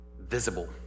visible